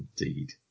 indeed